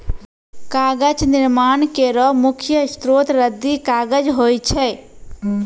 कागज निर्माण केरो मुख्य स्रोत रद्दी कागज होय छै